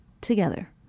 together